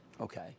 Okay